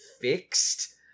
fixed